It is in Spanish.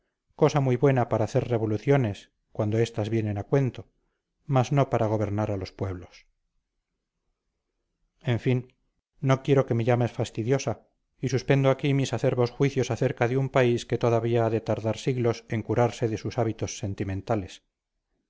cosa muy buena para hacer revoluciones cuando estas vienen a cuento mas no para gobernar a los pueblos en fin no quiero que me llames fastidiosa y suspendo aquí mis acerbos juicios acerca de un país que todavía ha de tardar siglos en curarse de sus hábitos sentimentales